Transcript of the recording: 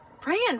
praying